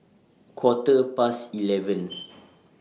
Quarter Past eleven